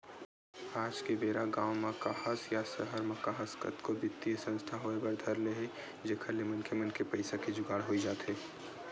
आज के बेरा गाँव म काहस या सहर म काहस कतको बित्तीय संस्था होय बर धर ले हे जेखर ले मनखे मन के पइसा के जुगाड़ होई जाथे